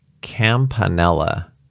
campanella